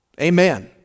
Amen